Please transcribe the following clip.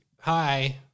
hi